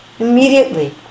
Immediately